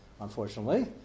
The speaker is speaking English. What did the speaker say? unfortunately